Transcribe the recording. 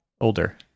older